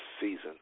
season